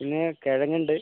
പിന്നെ കിഴങ്ങുണ്ട്